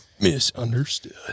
Misunderstood